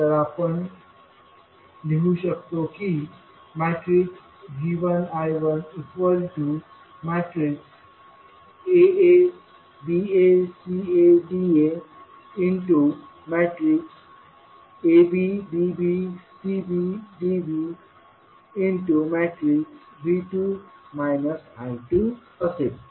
तर मग आपण लिहू शकतो की V1 I1Aa Ba Ca Da Ab Bb Cb Db V2 I2असेल